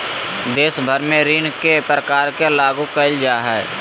देश भर में ऋण के प्रकार के लागू क़इल जा हइ